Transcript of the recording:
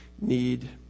need